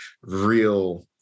real